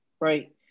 right